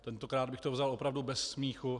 Tentokrát bych to vzal opravdu bez smíchu.